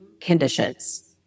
conditions